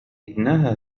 إنها